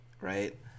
right